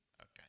Okay